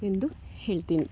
ಎಂದು ಹೇಳ್ತೀನಿ